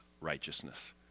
righteousness